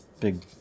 big